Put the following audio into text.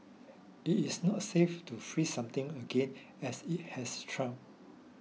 it is not safe to freeze something again as it has thawed